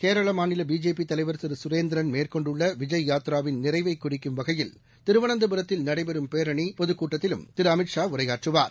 கேரளாமாநிலபிஜேபிதலைவா் திருசுரேந்திரன் மேற்கொண்டுள்ளவிஜய் யாத்ராவின் நிறைவைகுறிக்கும் வகையில் திருவளந்தபுரத்தில் நடைபெறம் பேரனிபொதுக்கட்டத்திலும் திருஅமித்ஷா உரையாற்றுவார்